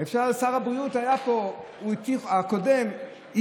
שר הבריאות הקודם היה פה,